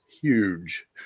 huge